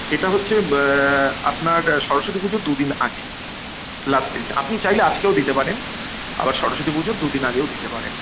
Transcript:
এটা হচ্ছে আপনার সরস্বতী পুজোর দুদিন আগে লাস্ট ডেট আপনি চাইলে আজকেও দিতে পারেন আবার সরস্বতী পুজোর দুদিন আগেও দিতে পারেন